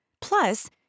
Plus